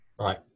Right